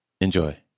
Enjoy